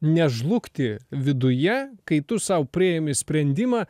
nežlugti viduje kai tu sau priimi sprendimą